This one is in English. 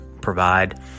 provide